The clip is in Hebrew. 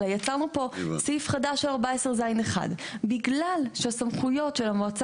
אלא יצרנו פה סעיף חדש 14ז1. בגלל שהסמכויות של המועצה